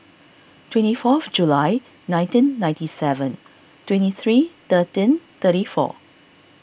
twenty fourth July nineteen ninety seven twenty three thirteen thirty four